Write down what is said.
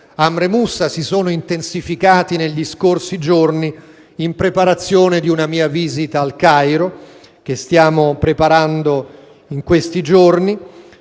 Amr Moussa si sono intensificati negli scorsi giorni in preparazione di una mia visita al Cairo che stiamo organizzando a breve e